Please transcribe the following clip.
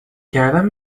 کردن